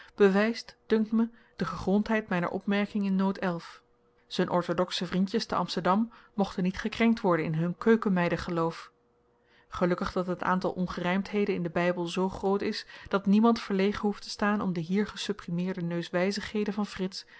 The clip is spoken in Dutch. bewyst dunkt me de gegrondheid myner opmerking in nood z'n orthodoxe vriendjes te amsterdam mochten niet gekrenkt worden in hun keukenmeidengeloof gelukkig dat het aantal ongerymdheden in den bybel zoo groot is dat niemand verlegen hoeft te staan om de hier gesupprimeerde neuswyzigheden van frits